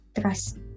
trust